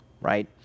right